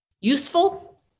useful